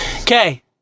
Okay